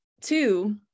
two